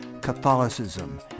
Catholicism